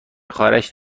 خواهرش